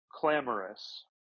clamorous